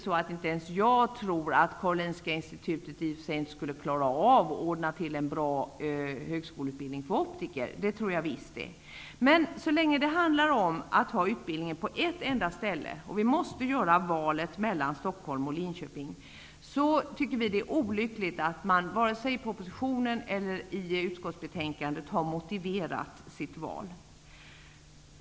Nu tror inte ens jag att Karolinska institutet i och för sig inte skulle klara av att ordna en bra högskoleutbildning för optiker. Det tror jag visst att man kunde. Men så länge det handlar om att ha utbildningen på ett ställe och vi måste välja mellan Stockholm och Linköping, är det olyckligt att man varken i propositionen eller i utbildningsutskottets betänkande har motiverat sitt val.